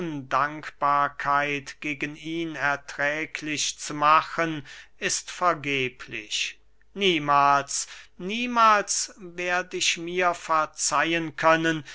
undankbarkeit gegen ihn erträglich zu machen ist vergeblich niemahls niemahls werd ich mir verzeihen können